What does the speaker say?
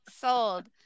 sold